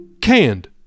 canned